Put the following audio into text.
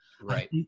Right